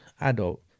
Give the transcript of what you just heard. adult